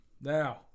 Now